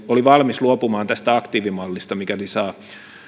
oli jo valmis luopumaan tästä aktiivimallista mikäli saa